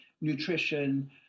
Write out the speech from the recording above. nutrition